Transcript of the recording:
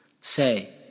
Say